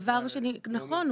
נכון.